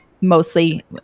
Mostly